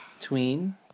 tween